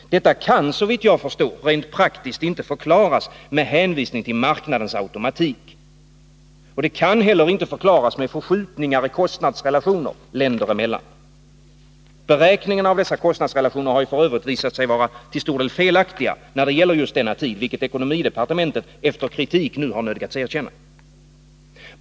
Detta kan, såvitt jag förstår, rent praktiskt inte förklaras med hänvisning till marknadens automatik. Det kan heller inte förklaras med förskjutningar i kostnadsrelationer länder emellan. Beräkningarna av dessa kostnadsrelationer har ju f. ö. visat sig vara till stor del felaktiga när det gäller just denna tid, vilket ekonomidepartementet efter kritik nu har nödgats erkänna.